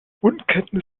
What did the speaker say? unkenntnis